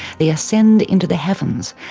they ascend into the heavens,